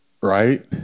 Right